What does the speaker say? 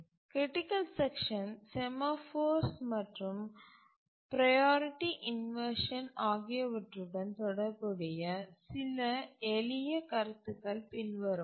critical section semaphores மற்றும் priority inversion ஆகியவற்றுடன் தொடர்புடைய சில எளிய கருத்துக்கள் பின்வருமாறு